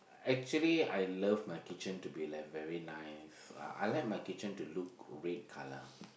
actually I love my kitchen to be like very nice I like my kitchen to look grey colour